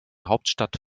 hauptstadt